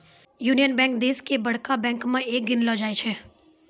union bank देश के बड़का बैंक मे एक गिनलो जाय छै